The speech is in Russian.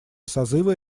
созыва